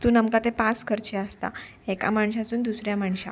तितून आमकां तें पास करचे आसता एका मनशासून दुसऱ्या मनशां